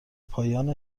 پایان